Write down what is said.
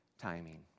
Timing